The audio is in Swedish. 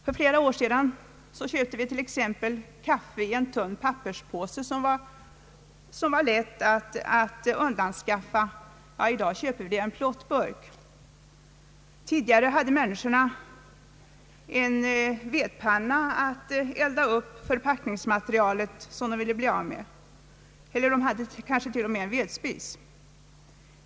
För flera år sedan köpte vi kaffe i en tunn papperspåse, som var lätt att undanskaffa. I dag köper vi kaffe i en plåtburk. Tidigare hade människorna en vedpanna där de kunde elda upp förpackningsmaterial som de ville bli av med — de hade kanske t.o.m. en vedspis.